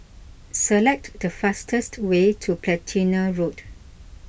select the fastest way to Platina Road